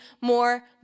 more